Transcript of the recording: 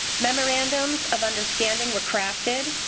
memorandums of understanding were crafted,